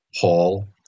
Paul